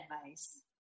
advice